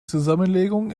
zusammenlegung